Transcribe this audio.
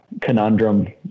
conundrum